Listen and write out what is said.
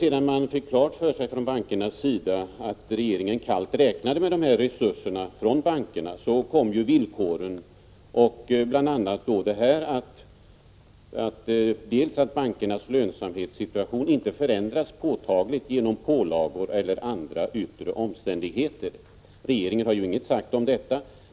Sedan man från bankernas sida fått klart för sig att regeringen kallt räknade med dessa resurser kom villkoren, bl.a. att bankernas lönsamhetssituation inte skulle förändras påtagligt genom pålagor eller andra yttre omständigheter. Regeringen har inget sagt om detta.